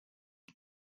les